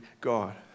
God